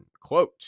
Quote